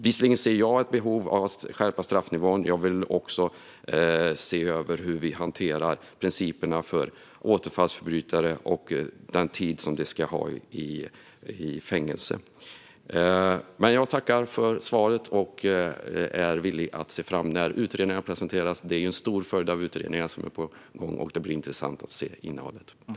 Visserligen ser jag ett behov av att också skärpa straffnivån, och jag vill även se över hur vi hanterar principerna för återfallsförbrytare och den tid som de ska ha i fängelse, men jag tackar ändå för svaret och ser fram emot att utredningarna presenteras. Det är en stor mängd utredningar som är på gång, och det blir intressant att se innehållet.